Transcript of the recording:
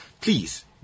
please